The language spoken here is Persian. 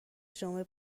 جمعه